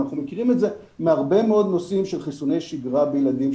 אנחנו מכירים את זה מהרבה מאוד נושאים של חיסוני שגרה בילדים,